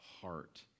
heart